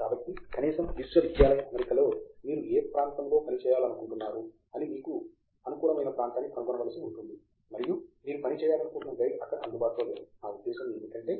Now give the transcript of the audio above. కాబట్టి కనీసం విశ్వవిద్యాలయ అమరికలో మీరు ఏ ప్రాంతము లో పని చేయాలనుకుంటున్నారు అని మీకు అనుకూలమైన ప్రాంతాన్ని కనుగొనవలసి ఉంటుంది మరియు మీరు పని చేయాలనుకుంటున్న గైడ్ అక్కడ అందుబాటులో లేరు నా ఉద్దేశ్యం ఏమిటంటే